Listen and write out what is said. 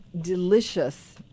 delicious